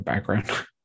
background